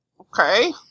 Okay